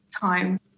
time